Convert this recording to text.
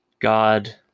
God –